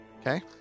Okay